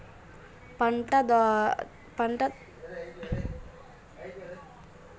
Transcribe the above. పంట తర్వాత భూమి వల్ల అవసరం ఏమిటి?